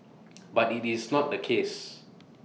but IT is not the case